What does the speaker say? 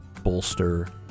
bolster